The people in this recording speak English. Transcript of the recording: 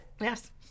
Yes